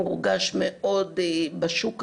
מורגש מאוד בשוק עכשיו,